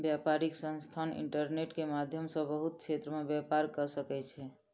व्यापारिक संस्थान इंटरनेट के माध्यम सॅ बहुत क्षेत्र में व्यापार कअ सकै छै